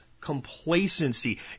complacency